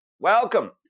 Welcome